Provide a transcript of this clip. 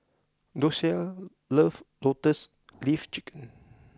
Dosia loves Lotus Leaf Chicken